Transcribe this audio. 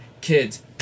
kids